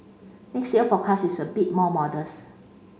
next year forecast is a bit more modest